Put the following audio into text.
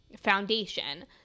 foundation